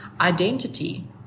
identity